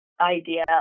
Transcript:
idea